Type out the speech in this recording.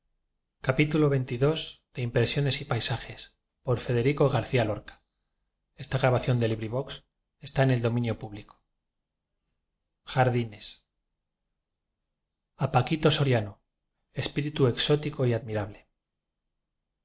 a paquito soriano espíritu exótico y